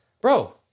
Bro